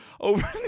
over